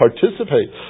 participate